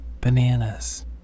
bananas